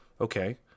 Okay